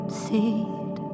seed